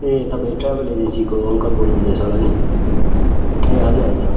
ए तपाईँ ट्राभल एजेन्सीको अङ्कल बोल्नुहुँदै छ होला नि ए हजुर हजुर